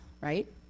right